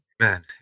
Amen